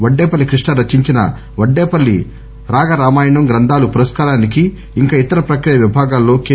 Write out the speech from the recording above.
వడ్డేపల్లి కృష్ణ రచించిన వడ్డేపల్లి రాగరామాయణం గ్రంథాలు పురస్కారానికి ఇంకా ఇతర ప్రక్రియ విభాగాల్లో కె